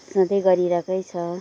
सधैँ गरिरहेकै छ